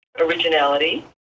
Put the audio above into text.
originality